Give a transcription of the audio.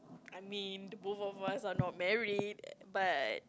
I mean both of us are not married but